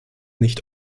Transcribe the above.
nicht